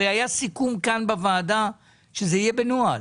הרי היה סיכום כאן בוועדה שזה יהיה בנוהל.